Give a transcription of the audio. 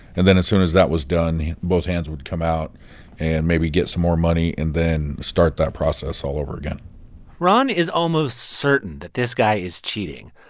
and then as soon as that was done, both hands would come out and maybe get some more money and then start that process all over again ron is almost certain that this guy is cheating.